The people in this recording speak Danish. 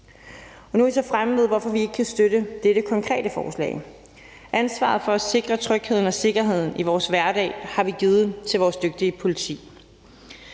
Nu er vi så fremme ved, hvorfor vi ikke kan støtte dette konkrete forslag. Ansvaret for at sikre trygheden og sikkerheden i vores hverdag har vi givet til vores dygtige politi.